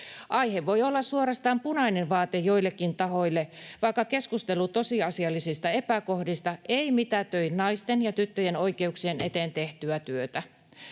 Aihe voi olla suorastaan punainen vaate joillekin tahoille, vaikka keskustelu tosiasiallisista epäkohdista ei mitätöi naisten ja tyttöjen oikeuksien eteen tehtyä työtä.